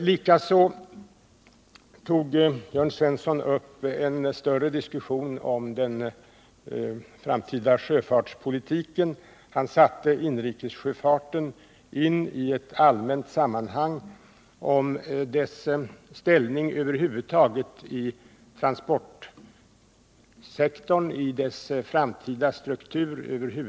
Likaså tog Jörn Svensson upp en större diskussion om den framtida sjöfartspolitiken. Han satte in inrikessjöfarten i ett allmänt sammanhang och talade om dess ställning över huvud taget i transportsektorns framtida struktur.